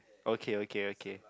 okay okay okay